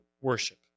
worship